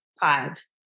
five